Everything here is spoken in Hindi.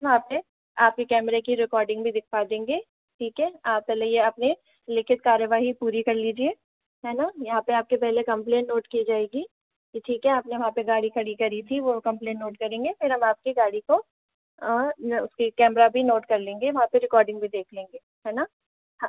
यहाँ पर आपके कैमरे की रिकॉर्डिंग भी दिखा देंगे ठीक है आप पहले यह अपने लिखित कार्यवाही पूरी कर लीजिए है ना यहाँ परआपकी पहले कंप्लेंट नोट की जाएगी ठीक है आपने वहाँ पे गाड़ी खड़ी करी थी वो कम्प्लेन नोट करेंगे फिर हम आपकी गाड़ी को न कैमरा भी नॉट कर लेंगे वहाँ पे रिकॉर्डिंग भी देख लेंगे है न हाँ